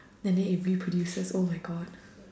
and then it reproduces oh my god